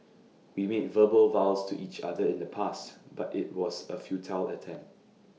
we made verbal vows to each other in the past but IT was A futile attempt